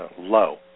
low